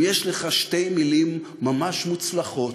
אם יש לך שתי מילים ממש מוצלחות,